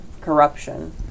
corruption